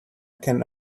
can